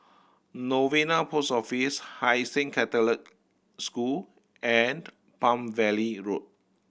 Novena Post Office Hai Sing Catholic School and Palm Valley Road